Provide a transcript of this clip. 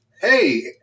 Hey